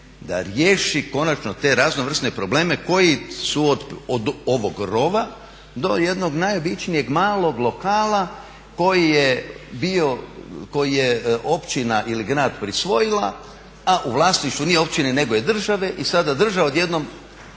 da riješi konačno te raznovrsne probleme koji su od ovog rova do jednog najobičnijeg malog lokala koji je bio, koji je općina ili grad prisvojila a u vlasništvu nije općine nego je države i sada država odjednom